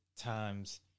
times